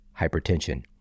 Hypertension